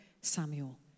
Samuel